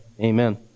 Amen